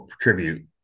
tribute